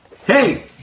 hey